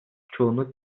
çoğunluk